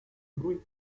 ruiz